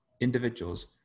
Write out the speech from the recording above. Individuals